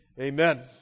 Amen